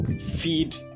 feed